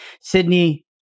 Sydney